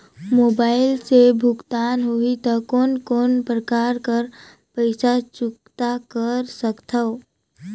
Mobile से भुगतान होहि त कोन कोन प्रकार कर पईसा चुकता कर सकथव?